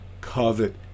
covet